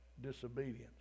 disobedience